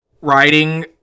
writing